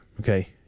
Okay